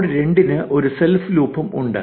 node 2 ന് ഒരു self ലൂപ്പും ഉണ്ട്